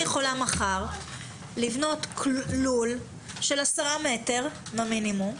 זה אומר שאני יכולה מחר לבנות לול של 10 מטרים במינימום.